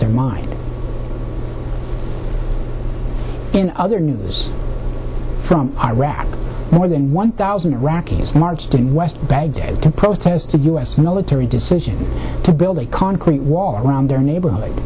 their mind in other news from iraq more than one thousand iraqis marched in west baghdad to protest a u s military decision to build a concrete wall around their neighborhood